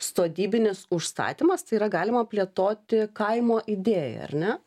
sodybinis užstatymas tai yra galima plėtoti kaimo idėją ar ne